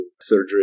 surgery